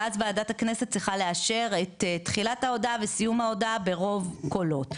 ואז ועדת הכנסת צריכה לאשר את תחילת ההודעה וסיום ההודעה ברוב קולות.